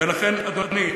ולכן, אדוני,